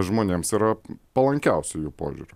žmonėms yra palankiausi jų požiūriu